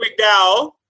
McDowell